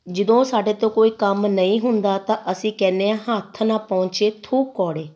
ਜਦੋਂ ਸਾਡੇ ਤੋਂ ਕੋਈ ਕੰਮ ਨਹੀਂ ਹੁੰਦਾ ਤਾਂ ਅਸੀਂ ਕਹਿੰਦੇ ਆ ਹੱਥ ਨਾ ਪਹੁੰਚੇ ਥੂ ਕੌੜੇ